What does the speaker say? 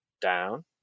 down